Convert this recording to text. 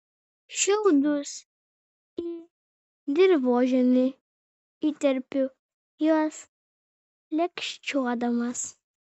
šiaudus į dirvožemį įterpiu juos lėkščiuodamas